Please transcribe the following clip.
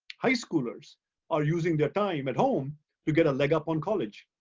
high schoolers are using their time at home to get a leg up on college.